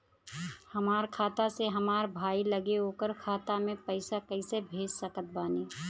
हमार खाता से हमार भाई लगे ओकर खाता मे पईसा कईसे भेज सकत बानी?